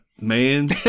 man